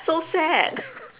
so sad